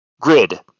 Grid